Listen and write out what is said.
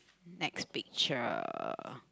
next picture